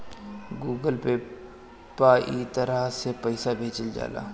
Google Pay पअ इ तरह से पईसा भेजल जाला